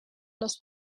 los